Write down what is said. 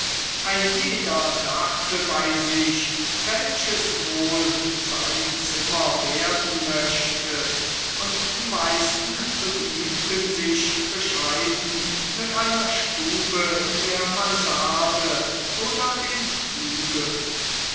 ein jeder dachte bei sich welches wohl sein zimmer werden möchte und die meisten begnügten sich bescheiden mit einer stube in der mansarde oder den flügeln